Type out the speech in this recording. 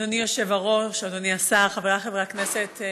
אדוני היושב-ראש, אדוני השר, חבריי חברי הכנסת,